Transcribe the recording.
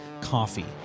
coffee